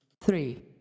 Three